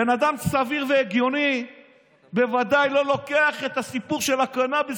בן אדם סביר והגיוני בוודאי לא לוקח את הסיפור של הקנביס